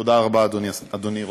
תודה רבה, אדוני היושב-ראש.